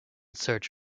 search